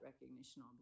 recognition